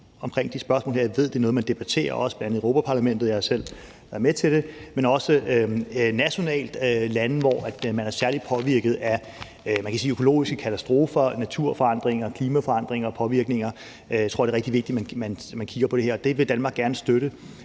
omkring de her spørgsmål. Jeg ved, det er noget, man debatterer bl.a. i Europa-Parlamentet; jeg har selv været med til det. Men også nationalt i forhold til lande, som er særlig påvirket af økologiske katastrofer, naturforandringer, klimaforandringer og påvirkninger, tror jeg, det er rigtig vigtigt, at man kigger på det her. Det vil Danmark gerne støtte.